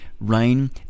rain